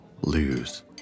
lose